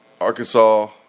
Arkansas